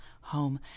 home